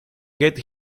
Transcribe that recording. get